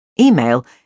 Email